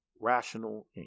rational